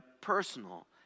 personal